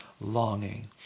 longing